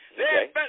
Okay